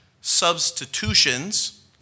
substitutions